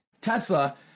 Tesla